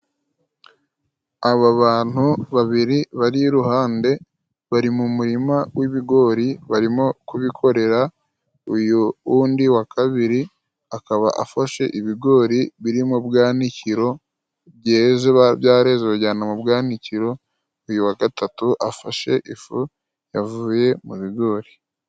Aba bantu babiri bari iruhande, bari mu murima w'ibigori barimo kubikorera, uyu wundi wa kabiri akaba afashe ibigori biri mu bwanikiro byeze, byareze babijyana mu bwanikiro. Uyu wa gatatu afashe ifu yavuye mu bigori.